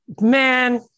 Man